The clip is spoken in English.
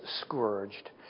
scourged